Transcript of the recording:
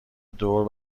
دور